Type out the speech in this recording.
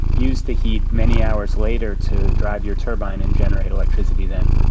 use the heat many hours later to drive your turbine and generate electricity then.